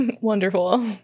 Wonderful